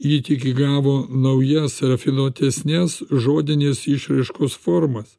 ji tik įgavo naujas rafinuotesnės žodinės išraiškos formas